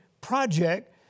project